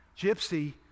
Gypsy